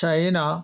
China